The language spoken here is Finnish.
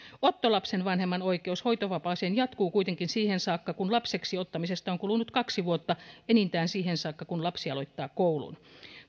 ottolapsen vanhemman oikeus hoitovapaaseen jatkuu kuitenkin siihen saakka kun lapseksi ottamisesta on kulunut kaksi vuotta enintään siihen saakka kun lapsi aloittaa koulun